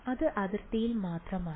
അത് അതിർത്തിയിൽ മാത്രമാണ്